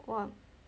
!wah!